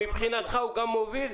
מבחינתך הוא גם מוביל?